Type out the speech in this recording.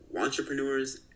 entrepreneurs